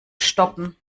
stoppen